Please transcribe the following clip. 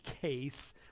case